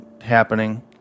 happening